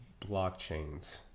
blockchains